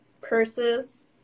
purses